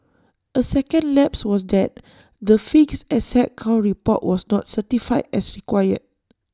A second lapse was that the fixed asset count report was not certified as required